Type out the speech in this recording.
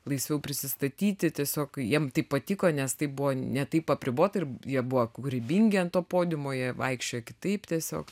laisviau prisistatyti tiesiog jiem tai patiko nes tai buvo ne taip apribota ir jie buvo kūrybingi ant to podiumo jie vaikščiojo kitaip tiesiog